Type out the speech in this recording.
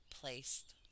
placed